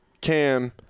cam